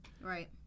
Right